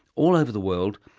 all over the world,